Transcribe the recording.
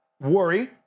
worry